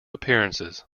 appearances